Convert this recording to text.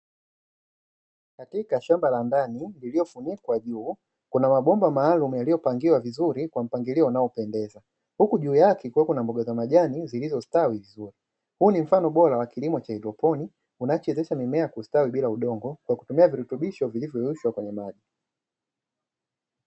Katika shamba la ndani lililofunikwa juu kuna mabomba maalumu yaliyopangwa vizuri kwa mpangilio uliopendeza huki juu yake kukiwa na mboga za majani zilizostawi vizuri, huu ni mfano bora wa kilimo cha haidroponi kinachowezesha mimea kustawi bila udongo kwa kutumia virutubisho vilivyoyeyushwa kwenye maji.